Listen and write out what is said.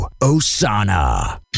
Osana